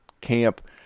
camp